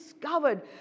discovered